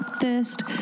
thirst